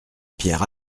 pierre